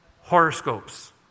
Horoscopes